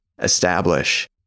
establish